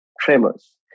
tremors